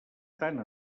tant